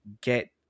get